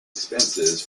expenses